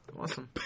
Awesome